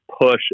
push